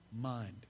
mind